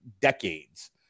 decades